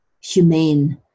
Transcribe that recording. humane